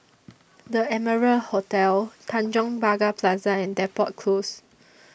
The Amara Hotel Tanjong Pagar Plaza and Depot Close